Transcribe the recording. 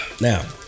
Now